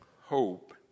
hope